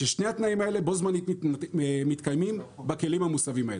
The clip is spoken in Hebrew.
כששני התנאים האלה בו זמנית מתקיימים בכלים המוסבים האלו.